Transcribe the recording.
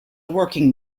working